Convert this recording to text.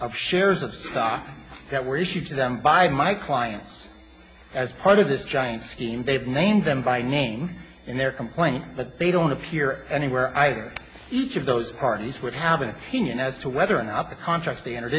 of shares of stock that were issued to them by my clients as part of this giant scheme they've named them by name in their complaint but they don't appear anywhere either each of those parties would have been pinioned as to whether or not the contracts they entered